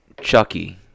Chucky